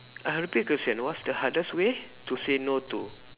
uh repeat the question what's the hardest way to say no to